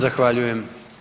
Zahvaljujem.